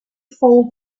fold